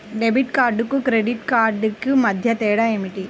Debit కార్డుకు credit credit కార్డుకు మధ్య తేడా ఏమిటీ?